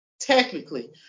technically